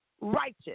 righteous